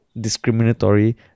discriminatory